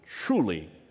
truly